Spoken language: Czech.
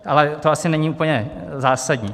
Ale to asi není úplně zásadní.